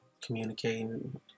communicating